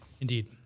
Indeed